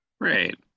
Right